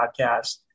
podcast